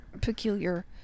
peculiar